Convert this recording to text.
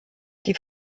die